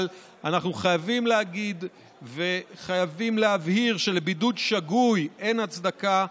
אבל אנחנו חייבים להגיד וחייבים להבהיר שלבידוד שגוי אין הצדקה,